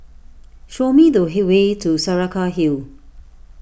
show me the hay way to Saraca Hill